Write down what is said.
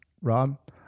Rob